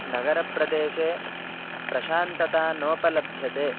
नगरप्रदेशे प्रशान्तता नोपलभ्यते